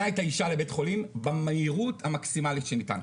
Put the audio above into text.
את האישה לבית חולים במהירות המקסימלית שניתן,